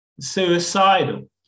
Suicidal